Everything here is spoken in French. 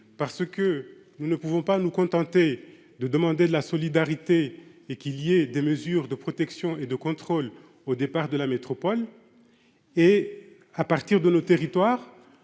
parce que nous ne pouvons pas nous contenter de demander de la solidarité et qui y des mesures de protection et de contrôle, au départ de la métropole et à partir de nos territoires,